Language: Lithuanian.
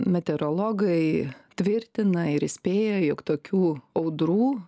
meteorologai tvirtina ir įspėja jog tokių audrų